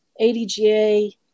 adga